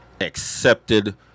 accepted